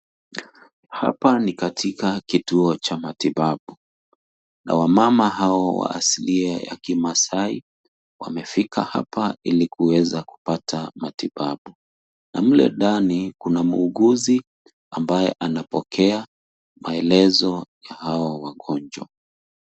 Hapa ni katika kituo cha matibabu na wamama hao wa asilia ya kimasai wamefika hapa ili kuweza kupata matibabu na mle ndani kuna muuguzi ambaye anapokea maelezo ya hao wagonjwa.